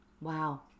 Wow